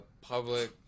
public